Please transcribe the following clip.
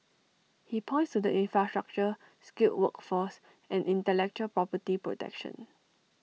he points to the infrastructure skilled workforce and intellectual property protection